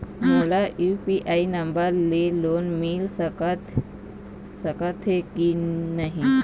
मोला UPI number ले loan मिल सकथे कि नहीं?